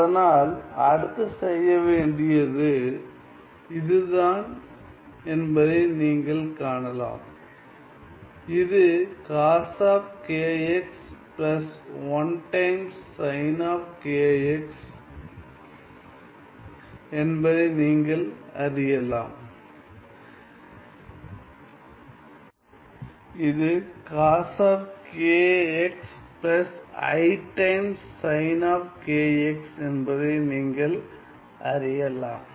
அதனால் அடுத்து செய்ய வேண்டியது இதுதான் என்பதை நீங்கள் காணலாம் இது cos of kx plus i times sin of kx என்பதை நீங்கள் அறியலாம்